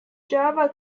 java